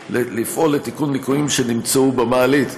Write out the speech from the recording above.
לפעול לתיקון ליקויים שנמצאו במעלית.